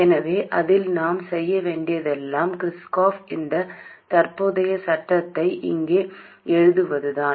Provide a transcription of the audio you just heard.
எனவே அதில் நாம் செய்ய வேண்டியதெல்லாம் Kirchhoff இன் தற்போதைய சட்டத்தை இங்கே எழுதுவதுதான்